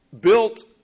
built